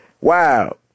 Wow